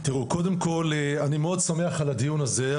קודם כל אני מאוד שמח על הדיון הזה,